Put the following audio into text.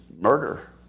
murder